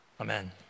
amen